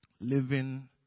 Living